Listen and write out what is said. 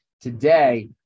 today